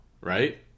right